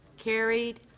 carried.